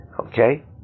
Okay